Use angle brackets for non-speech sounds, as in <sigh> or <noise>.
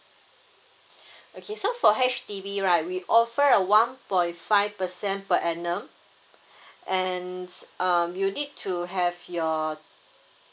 <breath> okay so for H_D_B right we offer a one point five percent per annum <breath> and s~ um you need to have your